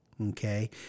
okay